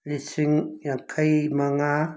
ꯂꯤꯁꯤꯡ ꯌꯥꯡꯈꯩ ꯃꯉꯥ